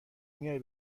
میای